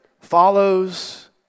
follows